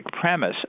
premise